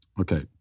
Okay